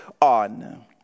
on